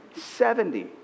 Seventy